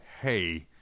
hey